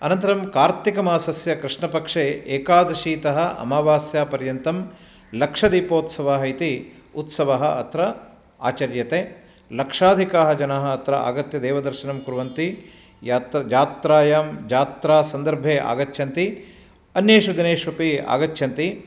अनन्तरं कार्तिकमासस्य कृष्णपक्षे एकादशी तः अमावास्या पर्यन्तं लक्षदीपोत्सवः इति उत्सवः अत्र आचर्यते लक्षाधिकाः जनाः अत्र आगत्य देवदर्शनं कुर्वन्ति यात्र यात्रायां यात्रासन्दर्भे आगच्छन्ति अन्येषु दिनेषु अपि आगच्छन्ति